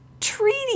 Treaty